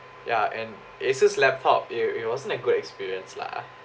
yeah and asus laptop i~ it wasn't a good experience lah